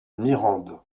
mirande